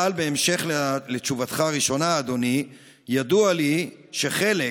אבל, בהמשך לתשובתך הראשונה, אדוני, ידוע לי שחלק